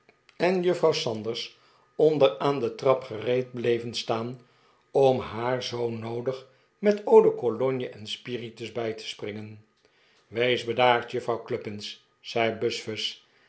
en juffrouw sanders onder aan de trap gereed bleven staan om haar zoo noodig met eau de cologne en spiritus bij te springen wees bedaard juffrouw cluppins zei buzfuz